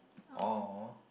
or or